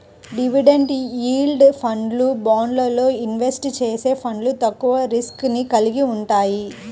dividend yield ఫండ్లు, బాండ్లల్లో invest చేసే ఫండ్లు తక్కువ రిస్క్ ని కలిగి వుంటయ్యి